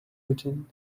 routine